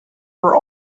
were